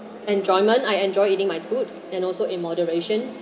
enjoyment I enjoy eating my hood and also in moderation